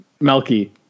Melky